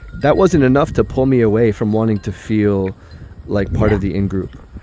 that wasn't enough to pull me away from wanting to feel like part of the in-group,